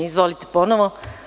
Izvolite ponovo.